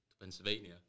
Pennsylvania